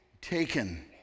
taken